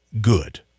good